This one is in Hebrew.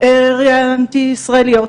ראיינתי ישראליות,